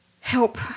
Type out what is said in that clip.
help